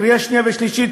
לקריאה שנייה ושלישית,